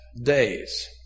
days